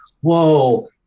Whoa